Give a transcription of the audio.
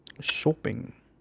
Shopping